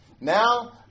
now